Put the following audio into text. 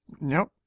nope